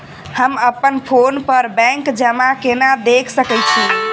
हम अप्पन फोन पर बैंक जमा केना देख सकै छी?